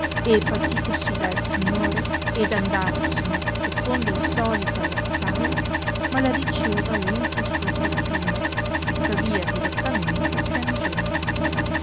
e partitosi dal signore ed andatosene secondo il solito alla stalla maladiceva empia sua fortuna tuttavia dirottamente piangendo